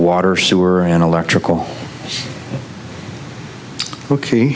water sewer and electrical ok